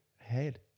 ahead